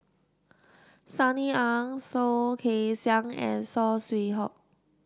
Sunny Ang Soh Kay Siang and Saw Swee Hock